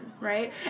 right